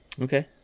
Okay